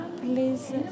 please